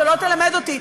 אתה לא תלמד אותי.